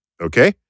Okay